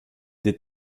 des